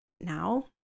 now